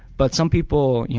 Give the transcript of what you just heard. but some people,